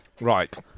Right